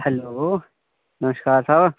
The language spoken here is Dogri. हैलो नमश्कार साह्ब